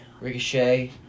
Ricochet